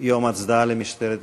יום ההצדעה למשטרה ישראל.